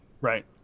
Right